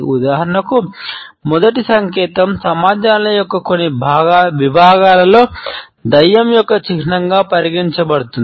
ఉదాహరణకు మొదటి సంకేతం సమాజాల యొక్క కొన్ని విభాగాలలో దెయ్యం యొక్క చిహ్నంగా పరిగణించబడుతుంది